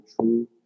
true